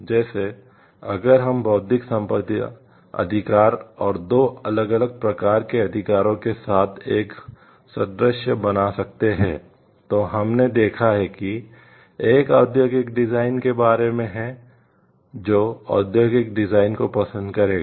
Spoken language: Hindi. जैसे अगर हम बौद्धिक संपदा अधिकारों और 2 अलग अलग प्रकार के अधिकारों के साथ एक सादृश्य बना सकते हैं तो हमने देखा है कि एक औद्योगिक डिजाइन के बारे में है जो औद्योगिक डिजाइन को पसंद करेगा